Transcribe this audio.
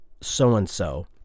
so-and-so